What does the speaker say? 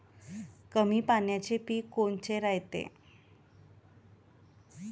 कमी पाण्याचे पीक कोनचे रायते?